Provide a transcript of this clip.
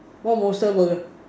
where monster burger